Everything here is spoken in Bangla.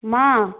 মা